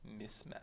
Mismatch